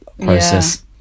process